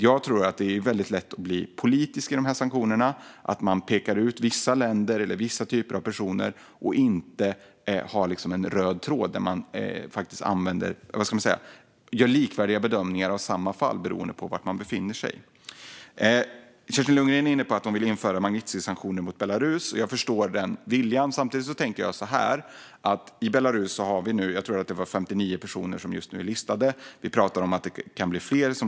Jag tror att det är väldigt lätt att bli politisk när det gäller dessa sanktioner: att man pekar ut vissa länder eller vissa typer av personer beroende på var de befinner sig, utan någon röd tråd i form av likvärdiga bedömningar. Kerstin Lundgren vill införa Magnitskijsanktioner mot Belarus. Jag förstår den viljan. Jag tänker så här: I Belarus finns det 59 personer, tror jag, som just nu är listade. Vi pratar om att det kan bli fler.